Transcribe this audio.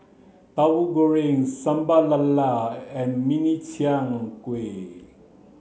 tahu goreng sambal lala and mini chiang kueh